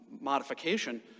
modification